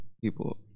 people